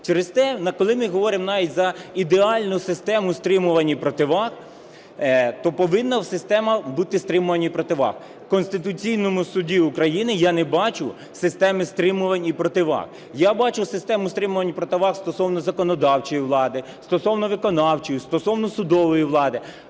Через те, коли ми говоримо навіть за ідеальну систему стримування і противаг, то повинна система бути стримування і противаг. В Конституційному Суді України я не бачу системи стримувань і противаг. Я бачу систему стримувань і противаг стосовно законодавчої влади, стосовно виконавчої, стосовно судової влади.